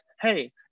hey